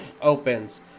opens